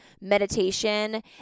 meditation